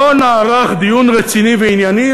לא נערך דיון רציני וענייני,